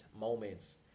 moments